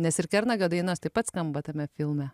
nes ir kernagio dainos taip pat skamba tame filme